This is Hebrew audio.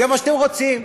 זה מה שאתם רוצים.